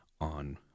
on